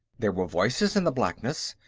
there were voices in the blackness,